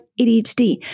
ADHD